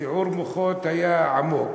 סיעור המוחות היה עמוק,